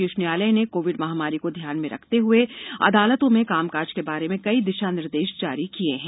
शीर्ष न्यायालय ने कोर्विड महामारी को ध्यान में रखते हुए अदालतों में कामकाज के बारे में कई दिशा निर्देश जारी किए हैं